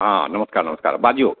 हँ नमस्कार नमस्कार बाजियौ